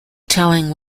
telling